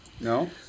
No